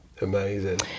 Amazing